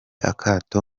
akato